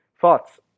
thoughts